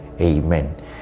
Amen